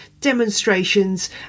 demonstrations